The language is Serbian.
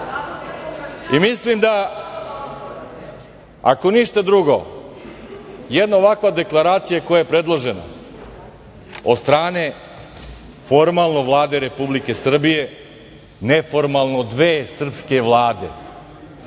Mislim da ako ništa drugo, jedna ovakva deklaracija koja je predložena od strane formalno Vlade Republike Srbije, neformalno dve srpske vlade,